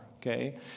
okay